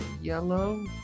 yellow